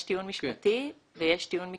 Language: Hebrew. יש טיעון משפטי ויש טיעון מקצועי,